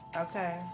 Okay